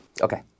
Okay